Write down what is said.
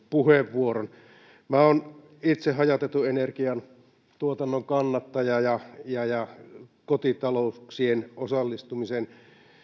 puheenvuoron minä olen itse hajautetun energiantuotannon kannattaja ja ja kotitalouksien osallistumisen